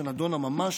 שנדונה ממש